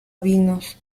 vinos